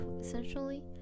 essentially